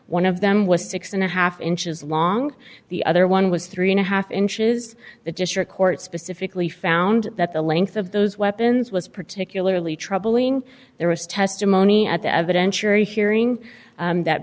one of them was six and a half inches long the other one was three and a half inches the district court specifically found that the length of those weapons was particularly troubling there was testimony at the evidence you're hearing that